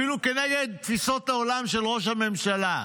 אפילו כנגד תפיסות העולם של ראש הממשלה.